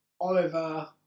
Oliver